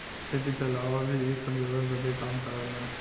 खेती के अलावा भी इ सब जरूरत बदे काम करलन